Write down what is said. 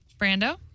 Brando